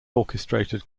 orchestrated